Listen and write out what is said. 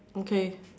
okay